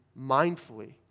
mindfully